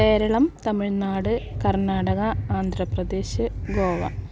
Keralam Tamil Nadu Karnataka Andhra Pradesh Goa